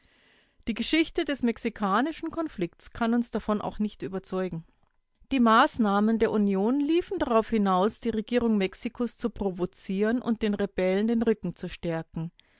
die geschichte des mexikanischen konflikts kann uns davon auch nicht überzeugen die maßnahmen der union liefen darauf hinaus die regierung mexikos zu provozieren und den rebellen den rücken zu stärken